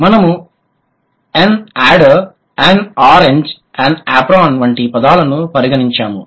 మనము an adder an orange an apron వంటి పదాలను పరిగణించాము